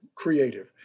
creative